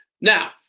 Now